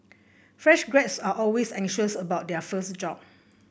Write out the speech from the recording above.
fresh graduates are always anxious about their first job